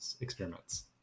experiments